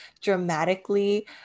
dramatically